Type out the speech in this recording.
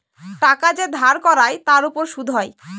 টাকা যে ধার করায় তার উপর সুদ হয়